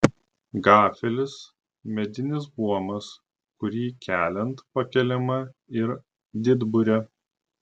gafelis medinis buomas kurį keliant pakeliama ir didburė